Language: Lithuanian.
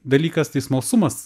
dalykas tai smalsumas